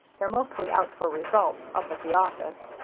they're mostly out for results up at the office.